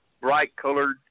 bright-colored